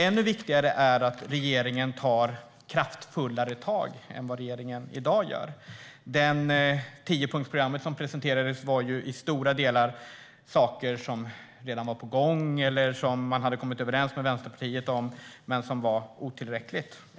Ännu viktigare är dock att regeringen tar kraftfullare tag än vad regeringen i dag gör. Det tiopunktsprogram som presenterades var i stora delar sådant som redan var på gång eller sådant som man redan kommit överens med Vänsterpartiet om men som var otillräckligt.